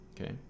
Okay